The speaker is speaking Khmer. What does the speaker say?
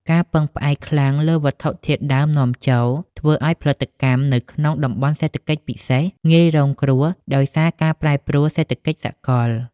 ការពឹងផ្អែកខ្លាំងលើវត្ថុធាតុដើមនាំចូល ធ្វើឱ្យផលិតកម្មនៅក្នុង តំបន់សេដ្ឋកិច្ចពិសេស ងាយរងគ្រោះដោយសារការប្រែប្រួលសេដ្ឋកិច្ចសកល។